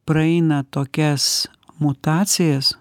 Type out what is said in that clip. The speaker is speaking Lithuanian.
praeina tokias mutacijas